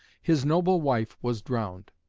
his noble wife was drowned.